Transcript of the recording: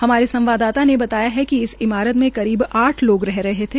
हमारे संवाददाता ने बताया कि इस हमारत में करीब आठ लोग रह रहे थे